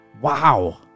Wow